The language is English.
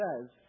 says